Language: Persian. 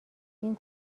این